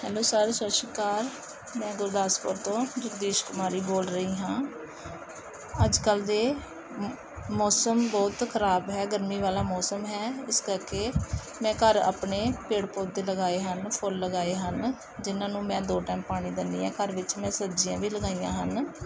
hello sir ਸਤਿ ਸ਼੍ਰੀ ਅਕਾਲ ਮੈਂ ਗੁਰਦਾਸਪੁਰ ਤੋਂ ਜਗਦੀਸ਼ ਕੁਮਾਰੀ ਬੋਲ ਰਹੀ ਹਾਂ ਅੱਜ ਕੱਲ੍ਹ ਦੇ ਮੌਸਮ ਬਹੁਤ ਖਰਾਬ ਹੈ ਗਰਮੀ ਵਾਲਾ ਮੌਸਮ ਹੈ ਇਸ ਕਰਕੇ ਮੈਂ ਘਰ ਆਪਣੇ ਪੇੜ ਪੌਦੇ ਲਗਾਏ ਹਨ ਫੁੱਲ ਲਗਾਏ ਹਨ ਜਿਨ੍ਹਾਂ ਨੂੰ ਮੈਂ ਦੋ ਟਾਈਮ ਪਾਣੀ ਦਿੰਦੀ ਹਾਂ ਘਰ ਵਿੱਚ ਮੈਂ ਸਬਜ਼ੀਆਂ ਵੀ ਲਗਾਈਆਂ ਹਨ